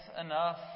enough